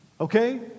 Okay